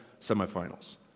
semifinals